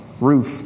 roof